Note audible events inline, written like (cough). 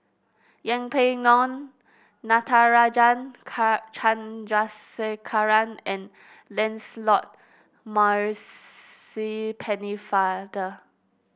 Yeng Pway Ngon Natarajan (unintelligible) Chandrasekaran and Lancelot (unintelligible) Pennefather